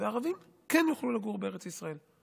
וערבים כן יוכלו לגור בארץ ישראל.